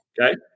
Okay